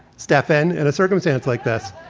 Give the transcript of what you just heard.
stefan, in a circumstance like this,